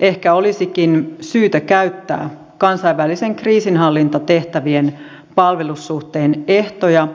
ehkä olisikin syytä käyttää kansainvälisen kriisinhallintatehtävien palvelussuhteen ehtoja